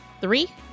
three